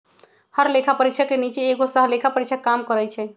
हर लेखा परीक्षक के नीचे एगो सहलेखा परीक्षक काम करई छई